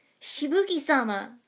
Shibuki-sama